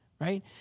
right